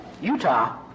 Utah